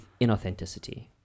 inauthenticity